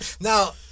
Now